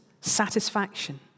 satisfaction